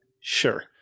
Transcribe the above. Sure